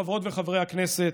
חברות וחברי הכנסת,